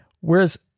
Whereas